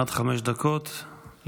אדוני, עד חמש דקות לרשותך.